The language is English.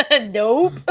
Nope